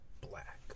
Black